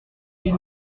ils